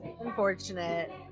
Unfortunate